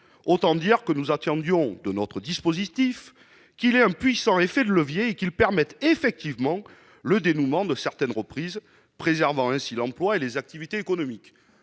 Autant dire que nous attendions de notre dispositif qu'il ait un puissant effet de levier et qu'il permette effectivement le dénouement de certaines reprises, préservant ainsi l'emploi et les activités économiques.